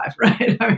right